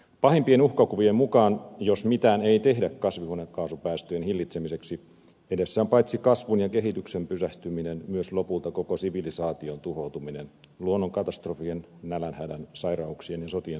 pahimpien uhkakuvien mukaan jos mitään ei tehdä kasvihuonekaasupäästöjen hillitsemiseksi edessä on paitsi kasvun ja kehityksen pysähtyminen myös lopulta koko sivilisaation tuhoutuminen luonnonkatastrofien nälänhädän sairauksien ja sotien seurauksena